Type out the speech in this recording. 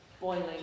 boiling